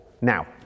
now